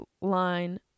line